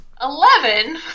Eleven